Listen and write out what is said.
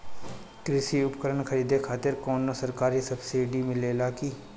कृषी उपकरण खरीदे खातिर कउनो सरकारी सब्सीडी मिलेला की?